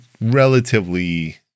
relatively